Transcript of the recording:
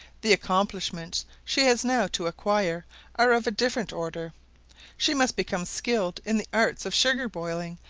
the accomplishments she has now to acquire are of a different order she must become skilled in the arts of sugar-boiling,